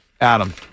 Adam